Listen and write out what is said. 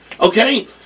Okay